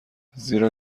زیرا